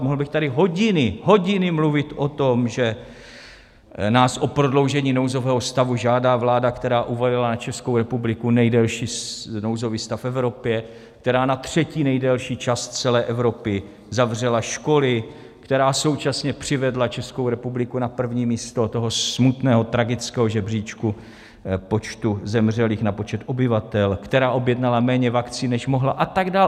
Mohl bych tady hodiny, hodiny mluvit o tom, že nás o prodloužení nouzového stavu žádá vláda, která uvalila na Českou republiku nejdelší nouzový stav v Evropě, která na třetí nejdelší čas z celé Evropy zavřela školy, která současně přivedla Českou republiku na první místo smutného, tragického žebříčku počtu zemřelých na počet obyvatel, která objednala méně vakcín, než mohla, a tak dál.